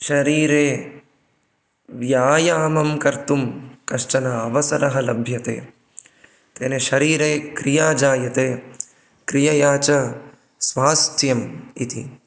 शरीरे व्यायामं कर्तुं कश्चन अवसरः लभ्यते तेन शरीरे क्रिया जायते क्रियया च स्वास्थ्यम् इति